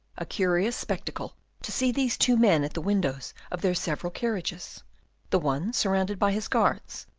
a curious spectacle to see these two men at the windows of their several carriages the one surrounded by his guards,